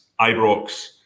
Ibrox